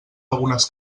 algunes